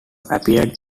appeared